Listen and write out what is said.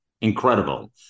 Incredible